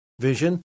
vision